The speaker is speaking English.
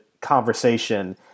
conversation